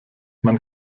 man